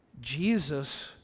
Jesus